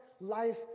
life